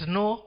no